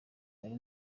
ari